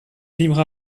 libre